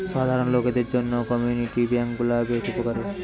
সাধারণ লোকদের জন্য কমিউনিটি বেঙ্ক গুলা বেশ উপকারী